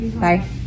bye